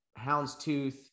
houndstooth